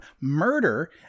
murder